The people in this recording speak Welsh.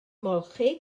ymolchi